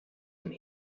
and